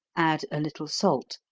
add a little salt.